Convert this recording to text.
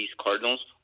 Cardinals